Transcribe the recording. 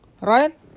Right